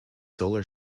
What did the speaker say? solar